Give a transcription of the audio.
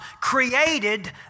created